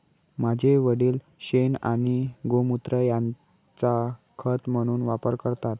माझे वडील शेण आणि गोमुत्र यांचा खत म्हणून वापर करतात